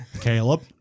Caleb